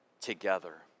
together